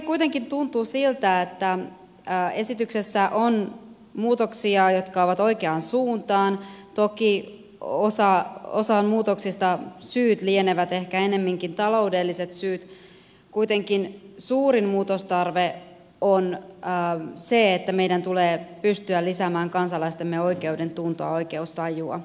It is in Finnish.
minusta tuntuu siltä että esityksessä on muutoksia jotka ovat oikeaan suuntaan toki osaan muutoksista syyt lienevät ehkä ennemminkin taloudellisia mutta kuitenkin suurin muutostarve on se että meidän tulee pystyä lisäämään kansalaistemme oikeudentuntoa oikeustajua